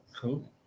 Cool